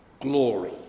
glory